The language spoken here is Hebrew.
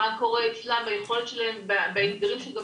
מה קורה אצלם ביכולת שלהם באתגרים שגם